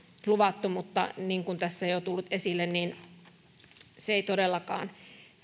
luvattu mutta niin kuin tässä on jo tullut esille se ei todellakaan